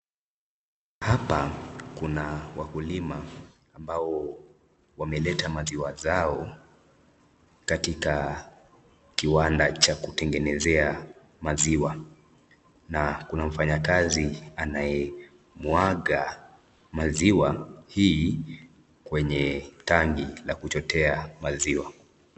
Kuna wakulima ambao wameleta maziwa zao katika kiwanda cha kutengenezea maziwa na kuna mfanyakazi anayemwaga maziwa hii kwenye tanki la kuchotea maziwa.